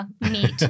meet